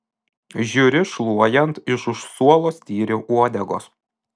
žiūri šluojant iš už suolo styri uodegos